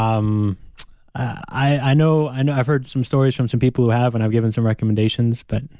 um i know i know i've heard some stories from some people who have, and i've given some recommendations but.